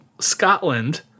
Scotland